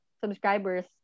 subscribers